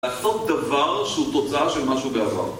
לעשות דבר שהוא תוצאה של משהו בעבר